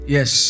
Yes